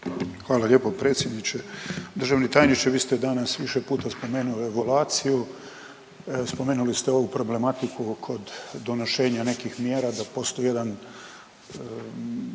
Hvala lijepo predsjedniče. Državni tajniče, vi ste danas više puta spomenuli evaluaciju, spomenuli ste ovu problematiku kod donošenja nekih mjera da postoji jedan